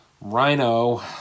Rhino